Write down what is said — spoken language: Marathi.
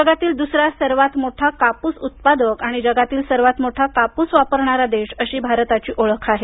जगातील दुसरा सर्वांत मोठा कापूस उत्पादक आणि जगातील सर्वांत मोठा कापूस वापरणारा देश अशी भारताची ओळख आहे